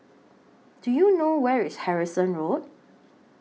Do YOU know Where IS Harrison Road